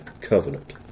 covenant